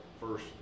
first